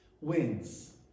wins